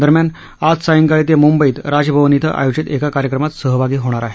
दरम्यान आज सायंकाळी ते मुंबईत राजभवन इथं आयोजित एका कार्यक्रमात सहभागी होणार आहेत